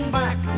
back